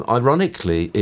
ironically